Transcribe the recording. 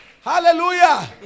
Hallelujah